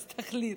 אז תחליט.